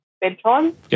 bedtime